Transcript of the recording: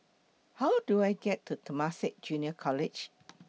How Do I get to Temasek Junior College